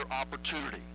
opportunity